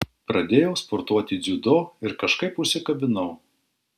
pradėjau sportuoti dziudo ir kažkaip užsikabinau